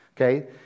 Okay